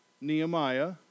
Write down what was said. Nehemiah